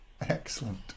excellent